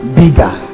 bigger